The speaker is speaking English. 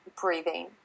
breathing